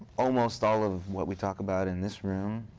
almost all of what we talk about in this room,